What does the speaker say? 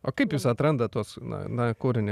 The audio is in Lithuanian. o kaip jūs atrandat tuos na na kūrinį